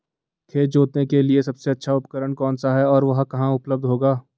खेत जोतने के लिए सबसे अच्छा उपकरण कौन सा है और वह कहाँ उपलब्ध होगा?